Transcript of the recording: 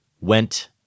went